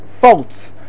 faults